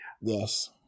Yes